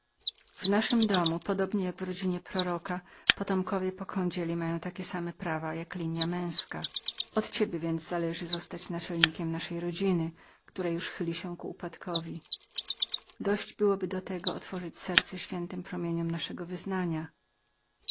w naszym domu równie jak w rodzinie proroka córki mają prawo do dziedzictwa od ciebie więc może zależy zostać naczelnikiem naszej rodziny która już chyli się ku upadkowi dość byłoby do tego otworzyć serce świętym promieniom naszego wyznania